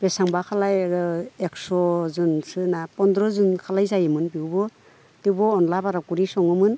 बेसेबांखालाय एकस'जोनसो ना पन्द्र'जन खालाय जायोमोन बेयवबो थेवबो अनद्ला बारा करि सङोमोन